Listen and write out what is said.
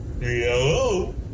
Hello